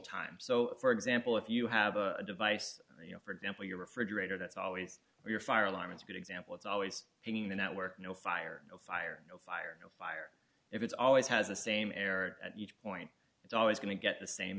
time so for example if you have a device you know for example your refrigerator that's always your fire alarm it's a good example it's always pinging the network no fire no fire fire fire if it's always has the same error at each point it's always going to get the same